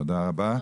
תודה רבה.